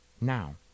Now